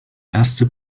erste